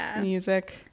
music